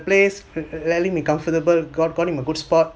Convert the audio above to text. place let let him be comfortable got got him a good spot